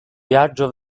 viaggio